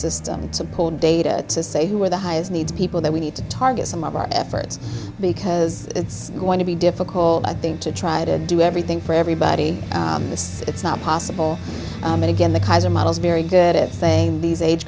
system to poll data to say who are the highest needs people that we need to target some of our efforts because it's going to be difficult i think to try to do everything for everybody it's not possible but again the kaiser models are very good at fame these age